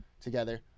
together